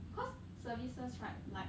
cause services right like